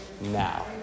now